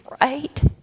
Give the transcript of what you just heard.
right